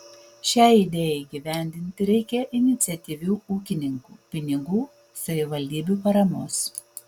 šiai idėjai įgyvendinti reikia iniciatyvių ūkininkų pinigų savivaldybių paramos